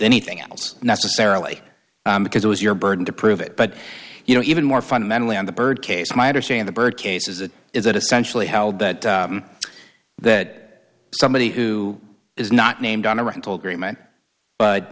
anything else necessarily because it was your burden to prove it but you know even more fundamentally on the bird case my understand the bird cases it is that essentially held that that somebody who is not named on a rental agreement